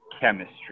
chemistry